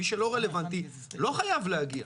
מי שלא רלוונטי, לא חייב להגיע.